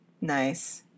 Nice